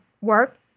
work